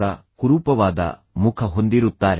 ಅತ್ಯಂತ ಕುರೂಪವಾದ ಮುಖದಂತೆ ಅವರು ಕೋಪಗೊಂಡಾಗ ಹೊಂದಿರುತ್ತಾರೆ